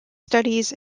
studies